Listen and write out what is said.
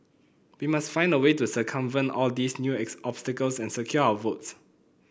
we must find a way to circumvent all these new is obstacles and secure our votes